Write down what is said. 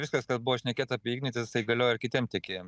viskas kas buvo šnekėta apie ignitis tai galioja ir kitiem tiekėjam